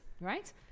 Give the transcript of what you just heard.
right